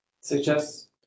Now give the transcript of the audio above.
suggest